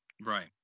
Right